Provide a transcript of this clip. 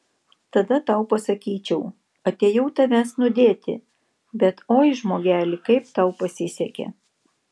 tada tau pasakyčiau atėjau tavęs nudėti bet oi žmogeli kaip tau pasisekė